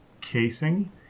casing